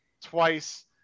twice